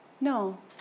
No